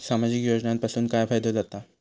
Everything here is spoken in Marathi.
सामाजिक योजनांपासून काय फायदो जाता?